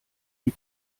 die